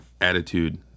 Attitude